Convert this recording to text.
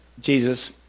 Jesus